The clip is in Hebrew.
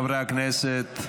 חברי הכנסת,